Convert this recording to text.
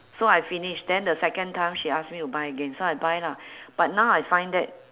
so I finished then the second time she ask me to buy again so I buy lah but now I find that